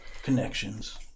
connections